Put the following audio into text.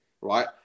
right